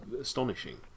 astonishing